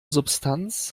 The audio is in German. substanz